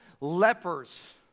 lepers